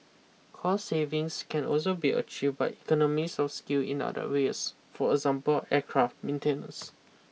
cost savings can also be achieved by economies of scale in other areas for example aircraft maintenance